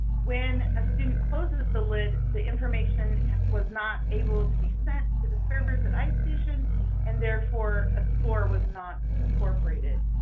when a student closes the lid, the information was not able to be sent to the servers at istation and therefore a score was not incorporated.